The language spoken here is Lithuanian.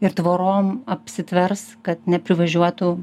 ir tvorom apsitvers kad neprivažiuotų